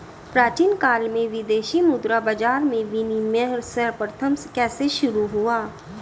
प्राचीन काल में विदेशी मुद्रा बाजार में विनिमय सर्वप्रथम कैसे शुरू हुआ?